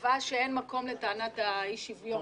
קבע שאין מקום לטענת אי השוויון,